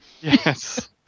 Yes